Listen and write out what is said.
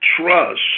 trust